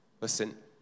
Listen